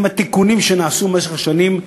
עם התיקונים שנעשו במשך השנים,